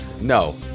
No